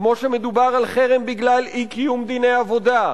כמו שמדובר על חרם בגלל אי-קיום דיני עבודה,